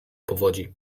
powodzi